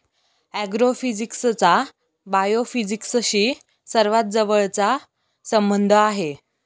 ऍग्रोफिजिक्सचा बायोफिजिक्सशी सर्वात जवळचा संबंध आहे